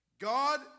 God